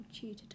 tutor